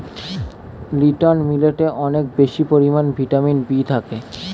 little মিলেটে অনেক বেশি পরিমাণে ভিটামিন বি থাকে